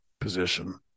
position